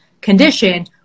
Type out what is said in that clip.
condition